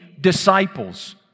disciples